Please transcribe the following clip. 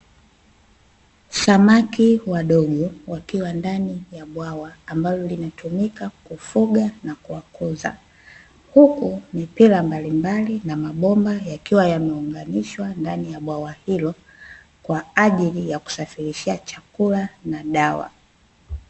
Samaki wadogo wakiwa ndani ya bwawa, ambalo linatumika kufuga na kuwakuza, huku mipira mbalimbali na mabomba yakiwa yameunganishwa ndani ya bwawa hilo, kwa ajili ya kusafirishia chakula na dawa.